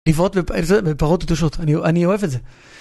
לבעוט וזה... בפרות קדושות. אני, אני אוהב את זה.